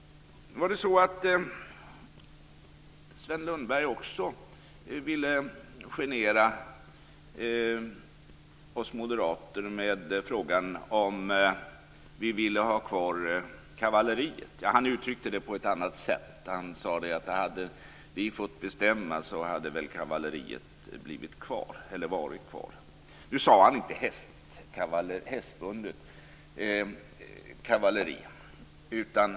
Sven Lundberg ville också genera oss moderater med frågan om vi ville ha kvar kavalleriet. Han uttryckte det dock på ett annat sätt. Han sade att om moderaterna hade fått bestämma hade väl kavalleriet varit kvar. Nu sade han inte "hästbundet" kavalleri.